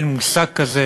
אין מושג כזה,